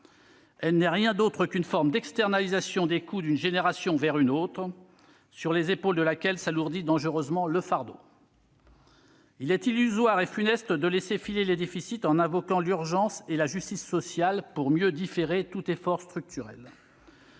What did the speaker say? Elle n'est rien d'autre qu'une forme d'externalisation des coûts d'une génération vers une autre, sur les épaules de laquelle s'alourdit dangereusement le fardeau. Il est illusoire et funeste de laisser filer les déficits en invoquant l'urgence et la justice sociale pour mieux différer tout effort structurel.